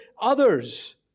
others